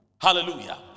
hallelujah